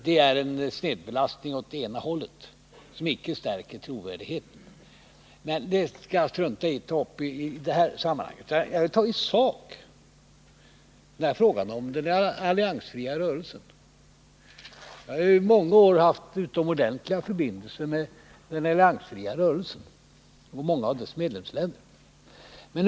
Den snedbelastningen åt det ena hållet stärker icke trovärdigheten. Men det skall jag strunta i i det här sammanhanget. Jag skall i sak ta upp frågan om den alliansfria rörelsen. Vi har i många år haft utomordentliga förbindelser med den alliansfria rörelsen och många av dess medlemsländer.